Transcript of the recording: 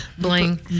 bling